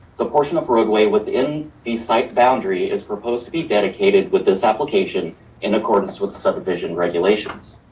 the portion of roadway within the site boundary is proposed to be dedicated with this application in accordance with the subdivision regulations.